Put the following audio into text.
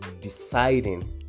deciding